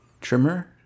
trimmer